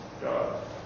God